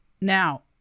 now